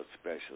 special